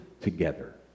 together